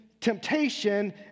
temptation